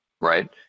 Right